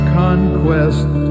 conquest